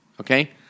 Okay